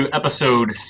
episode